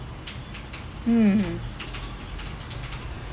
mmhmm